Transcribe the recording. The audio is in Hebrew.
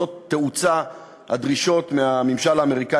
תופסות תאוצה הדרישות מהממשל האמריקני